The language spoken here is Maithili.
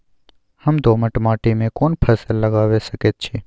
हम दोमट माटी में कोन फसल लगाबै सकेत छी?